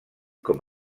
com